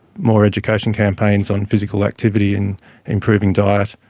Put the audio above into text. more education campaigns on physical activity, and improving diet,